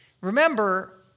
Remember